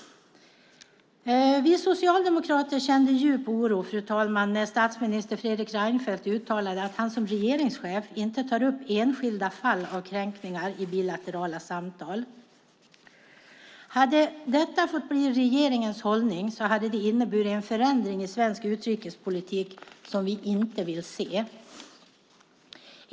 Vi socialdemokrater kände djup oro, fru talman, när statsminister Fredrik Reinfeldt uttalade att han som regeringschef inte tar upp enskilda fall av kränkningar i bilaterala samtal. Om detta hade blivit regeringens hållning hade det inneburit en förändring i svensk utrikespolitik som vi inte vill se.